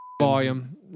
volume